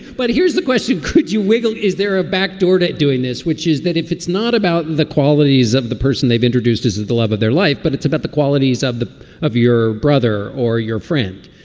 but here's the question. could you wiggle? is there a back door to doing this, which is that if it's not about the qualities of the person they've introduced isn't the love of their life, but it's about the qualities of the of your brother or your friend.